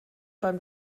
beim